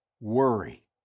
worry